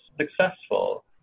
successful